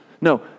No